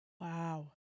Wow